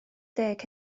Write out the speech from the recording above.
deg